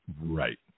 Right